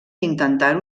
intentar